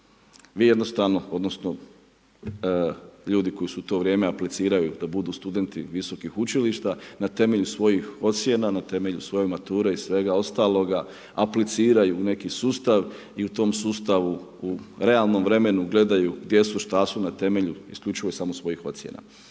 Vi jednostavno, odnosno, ljudi koji su u to vrijeme, apliciraju, da budu studenti, visokih učilišta, na temelju, svojih ocjena, na temelju svoje mature i svega ostaloga, apliciraju neki sustav i u tom sustavu u realnom vremenu gledaju, gdje su šta su, na temelju, isključivo samo svojih ocjena.